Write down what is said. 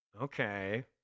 okay